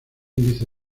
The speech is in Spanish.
índice